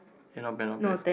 eh not bad not bad